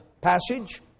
passage